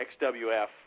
XWF